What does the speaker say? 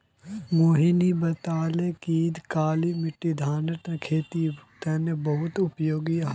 मोहिनी बताले कि काली मिट्टी धानेर खेतीर तने बहुत उपयोगी ह छ